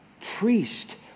priest